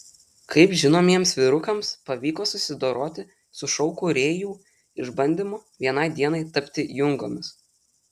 kaip žinomiems vyrukams pavyko susidoroti su šou kūrėjų išbandymu vienai dienai tapti jungomis